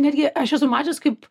netgi aš esu mačius kaip